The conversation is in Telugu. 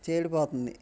చెడిపోతుంది